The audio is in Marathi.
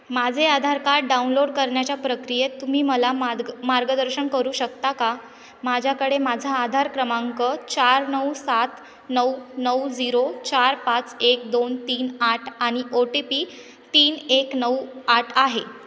माझे आधार कार्ड डाउनलोड करण्याच्या प्रक्रियेत तुम्ही मला माद्ग मार्गदर्शन करू शकता का माझ्याकडे माझा आधार क्रमांक चार नऊ सात नऊ नऊ झिरो चार पाच एक दोन तीन आठ आणि ओ टी पी तीन एक नऊ आठ आहे